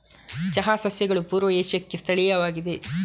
ಚಹಾ ಸಸ್ಯಗಳು ಪೂರ್ವ ಏಷ್ಯಾಕ್ಕೆ ಸ್ಥಳೀಯವಾಗಿವೆ